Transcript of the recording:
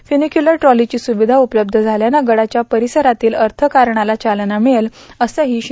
फ्युनिक्युतर ट्रॉलीची सुविधा उपलब्ध झाल्यानं गडाच्या परिसरातील अर्थकारणाला चालना मिळेल असंही श्री